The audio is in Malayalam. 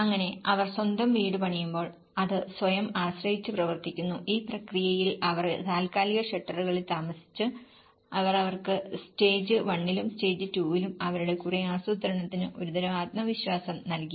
അങ്ങനെ അവർ സ്വന്തം വീട് പണിയുമ്പോൾ അത് സ്വയം ആശ്രയിച്ചു പ്രവർത്തിക്കുന്നു ഈ പ്രക്രിയയിൽ അവർ താൽക്കാലിക ഷെൽട്ടറുകളിൽ താമസിച്ചു അത് അവർക്ക് സ്റ്റേജ് 1 ലും സ്റ്റേജ് 2 ലും അവരുടെ കുറെ ആസൂത്രണത്തിന് ഒരുതരം ആത്മവിശ്വാസം നൽകി